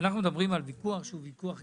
אנחנו מדברים על ויכוח אידיאולוגי,